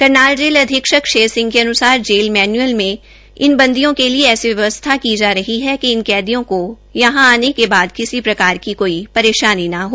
Karnal jail अधीक्षक शेर सिंह के अन्सार जेल मेन्य्ल में इन बंदियों के लिए ऐसी व्यवस्था की जा रही है कि इन कैदियों को यहां आने के बाद किसी प्रकार की कोई परेशानी न हो